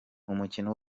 umukino